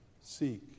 seek